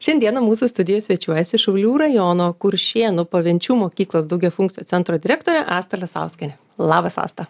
šiandieną mūsų studijoj svečiuojasi šiaulių rajono kuršėnų pavenčių mokyklos daugiafunkcio centro direktorė asta lesauskienė labas asta